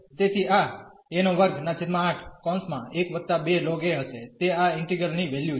તેથી આ હશે તે આ ઇન્ટીગ્રલ ની વેલ્યુ છે